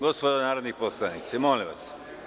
Gospodo narodni poslanici, molim vas.